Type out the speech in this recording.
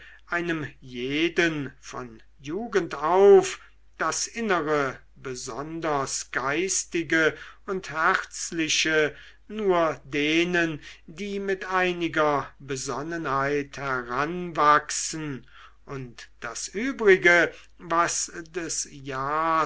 einem jeden von jugend auf das innere besonders geistige und herzliche nur denen die mit einiger besonnenheit heranwachsen und das übrige was des